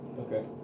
Okay